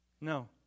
No